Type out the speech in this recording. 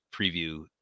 preview